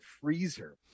freezer